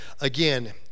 Again